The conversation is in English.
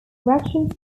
corrections